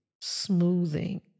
smoothing